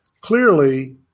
Clearly